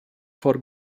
for